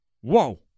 Whoa